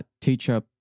teacher